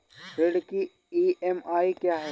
ऋण की ई.एम.आई क्या है?